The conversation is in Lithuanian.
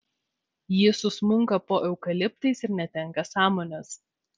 ji susmunka po eukaliptais ir netenka sąmonės